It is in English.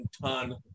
ton